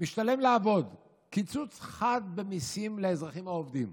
"משתלם לעבוד, קיצוץ חד במיסים לאזרחים העובדים: